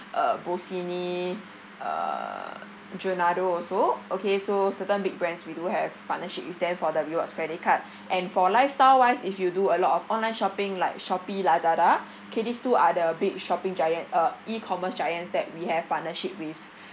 uh bossini uh giordano also okay so certain big brands we do have partnership with them for the rewards credit card and for lifestyle wise if you do a lot of online shopping like shopee lazada K these two are the big shopping giant uh E commerce giants that we have partnership with